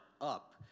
up